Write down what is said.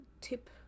tip